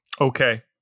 Okay